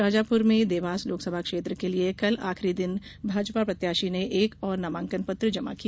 शाजापुर में देवास लोकसभा क्षेत्र के लिए कल आखिरी दिन भाजपा प्रत्याशी ने एक और नामांकन पत्र जमा किया